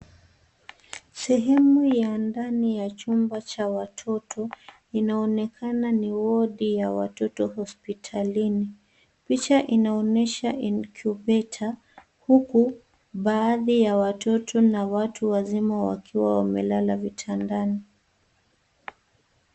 Sehemu ya ndani ya chumba cha watoto, inaonekana ni wodi ya watoto hospitalini. Picha inaonyesha incubator, huku baadhi ya watoto na watu wazima wakiwa wamelala vitandani.